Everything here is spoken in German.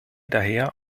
daher